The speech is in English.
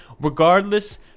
Regardless